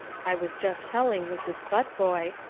i was just telling mrs. futvoye,